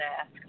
ask